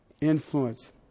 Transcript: influence